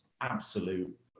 absolute